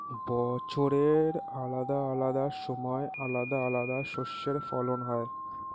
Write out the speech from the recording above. বছরের আলাদা আলাদা সময় আলাদা আলাদা শস্যের ফলন হয়